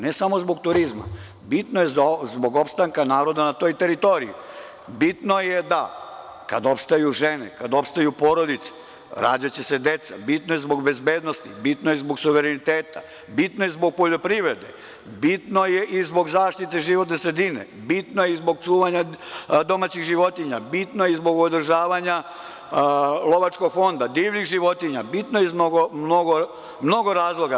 Ne samo zbog turizma, već je bitno zbog opstanka naroda na toj teritoriji, bitno je da kada opstaju žene, kada opstaju porodice, rađaće se deca, bitno je zbog bezbednosti, bitno je zbog suvereniteta, bitno je zbog poljoprivrede, bitno je zbog zaštite životne sredine, bitno je zbog čuvanja domaćih životinja, bitno je zbog održavanja lovačkog fonda, divljih životinja, bitno je iz mnogo razloga.